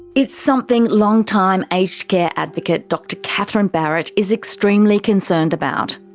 it's something long-time aged care advocate dr catherine barrett is extremely concerned about.